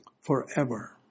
Forever